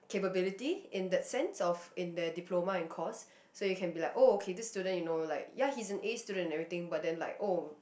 capability in that sense of in the diploma in course so you can be like oh okay this student you know like ya he's an A student everything but then like oh